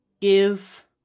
give